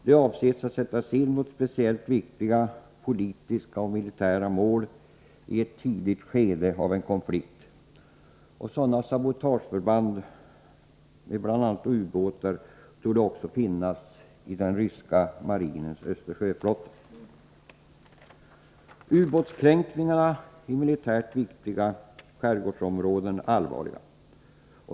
De avses att sättas in mot speciellt viktiga och politiska mål i ett tidigt skede av en konflikt. Sådana sabotageförband med bl.a. miniubåtar torde också finnas i den ryska marinens Östersjöflotta. Ubåtskränkningarna i militärt viktiga skärgårdsområden är allvarliga.